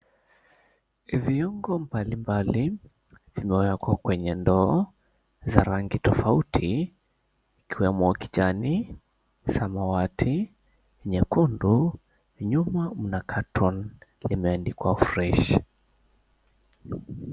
Viungo mbalimbali zimewekwa kwenye ndoo za rangi tofauti ikiwemo kijani, samawati, nyekundu, nyuma mna carton limeandikwa fresh .